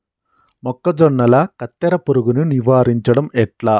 మొక్కజొన్నల కత్తెర పురుగుని నివారించడం ఎట్లా?